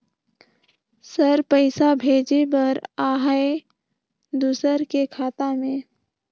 Sir पइसा भेजे बर आहाय दुसर के खाता मे?